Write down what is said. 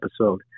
episode